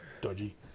dodgy